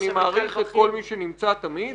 אני מעריך את כל מי שנמצא תמיד.